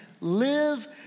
live